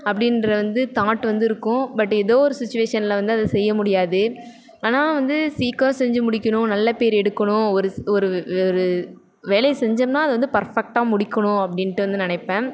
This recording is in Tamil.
அப்படின்றது வந்து தாட் வந்து இருக்கும் பட் ஏதோ ஒரு சிச்வேஷன்ல வந்து அது செய்ய முடியாது ஆனால் வந்து சீக்கிரம் செஞ்சு முடிக்கணும் நல்ல பேர் எடுக்கணும் ஒரு ஒரு ஒரு வேலையை செஞ்சோம்ன்னா அதை வந்து பர்ஃபெக்டாக முடிக்கணும் அப்படின்ட்டு வந்து நினைப்பேன்